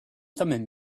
thummim